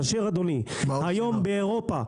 היום באירופה,